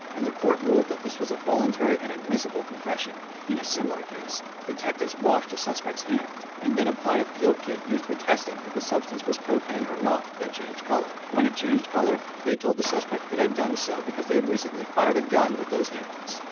and the court ruled that this was a voluntary and admissible confession. in a similar case, detectives washed a suspect's hand, and then applied a field kit used for testing if a substance was cocaine or not that changed color. when it changed color, they told the suspect it had done so because they had recently fired a gun with those hands.